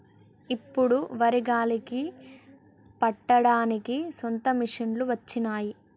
ఇప్పుడు వరి గాలికి పట్టడానికి సొంత మిషనులు వచ్చినాయి